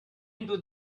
into